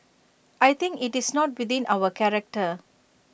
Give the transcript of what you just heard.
I think IT is not within our character